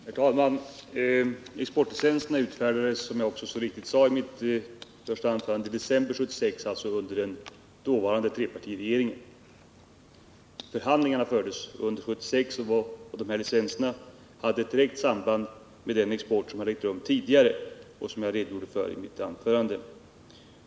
Herr talman! Exportlicenserna utfärdades, som jag också så riktigt sade i mitt första anförande, i december 1976, alltså under den dåvarande trepartiregeringen. Förhandlingarna fördes under 1976, och de här licenserna hade ett direkt samband med den export som ägt rum tidigare, vilket jag också redogjorde för i mitt anförande.